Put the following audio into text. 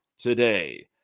today